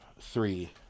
Three